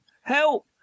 Help